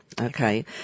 okay